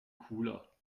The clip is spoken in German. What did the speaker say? cooler